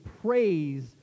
praise